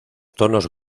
tonos